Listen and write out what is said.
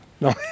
no